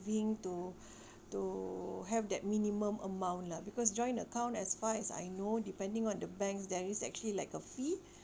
saving to to have that minimum amount lah because joint account as far as I know depending on the banks there is actually like a fee